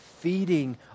feeding